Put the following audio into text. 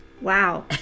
Wow